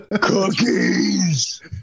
Cookies